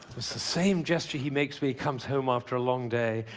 the same gesture he makes when he comes home after a long day,